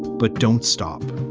but don't stop.